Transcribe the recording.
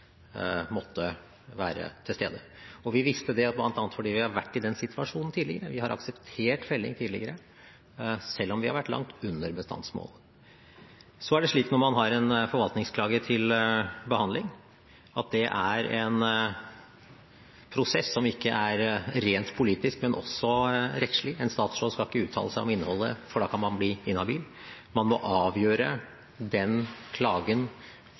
måtte være til stede. Vi visste det bl.a. fordi vi har vært i den situasjonen tidligere. Vi har akseptert felling tidligere selv om vi har vært langt under bestandsmålet. Så er det slik at når man har en forvaltningsklage til behandling, er det en prosess som ikke er rent politisk, den er også rettslig. En statsråd skal ikke uttale seg om innholdet, for da kan man bli inhabil. Man må avgjøre den klagen